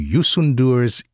Yusundur's